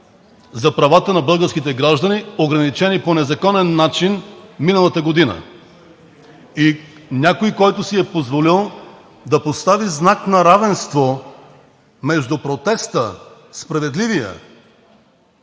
за правата на българските граждани, ограничени по незаконен начин миналата година. И някой, който си е позволил да постави знак на равенство между справедливия